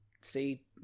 see